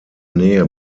nähe